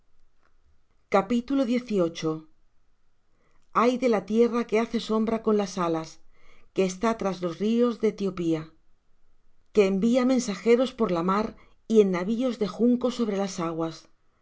nos saquean ay de la tierra que hace sombra con las alas que está tras los ríos de etiopía que envía mensajeros por la mar y en navíos de junco sobre las aguas